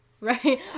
Right